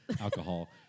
alcohol